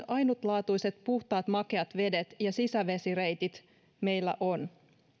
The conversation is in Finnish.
ainutlaatuiset puhtaat makeat vedet ja sisävesireitit meillä on